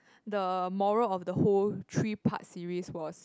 the moral of the whole three part series was